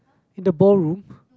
in the ballroom